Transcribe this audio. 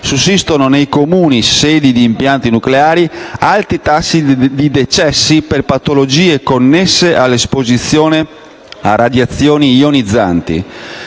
sussistono, nei comuni sedi di impianti nucleari, alti tassi di decessi per patologie connesse all'esposizione a radiazioni ionizzanti.